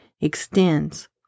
extends